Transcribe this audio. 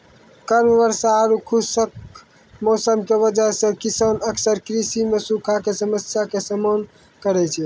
कम वर्षा आरो खुश्क मौसम के वजह स किसान अक्सर कृषि मॅ सूखा के समस्या के सामना करै छै